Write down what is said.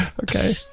Okay